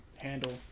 handle